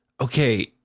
okay